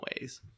ways